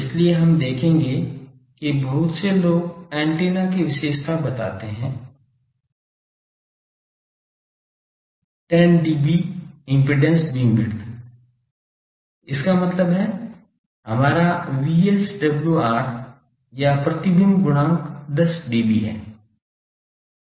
इसीलिए हम देखेंगे कि बहुत से लोग एंटेना की विशेषता बताते हैं 10dB इम्पीडेन्स बैंडविड्थ इसका मतलब है हमारा VSWR या प्रतिबिंब गुणांक 10dB है